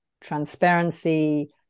transparency